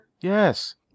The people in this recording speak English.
Yes